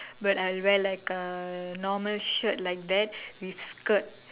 but I'll wear like a normal shirt like that with skirt